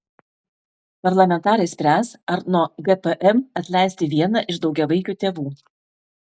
parlamentarai spręs ar nuo gpm atleisti vieną iš daugiavaikių tėvų